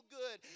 good